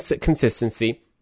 consistency